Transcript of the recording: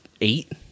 eight